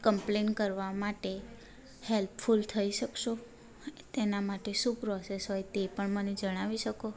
complain કરવા માટે helpful થઈ શકશો તેના માટે શું પ્રોસેસ હોય તે પણ મને જણાવી શકો